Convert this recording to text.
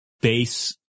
base